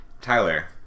tyler